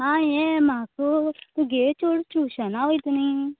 आं हे म्हाका तुगे चेडूं टूशनाक वयता न्ही